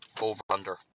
over-under